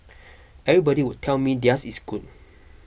everybody would tell me theirs is good